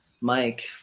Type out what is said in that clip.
Mike